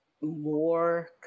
more